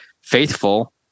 faithful